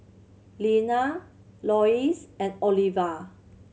Leana Loyce and Oliva